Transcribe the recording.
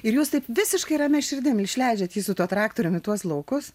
ir jūs taip visiškai ramia širdimi išleidžiat jį su tuo traktorium į tuos laukus